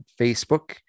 facebook